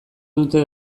dute